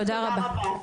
תודה רבה.